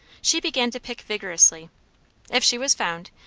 she began to pick vigorously if she was found,